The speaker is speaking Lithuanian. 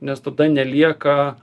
nes tada nelieka